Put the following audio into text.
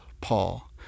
Paul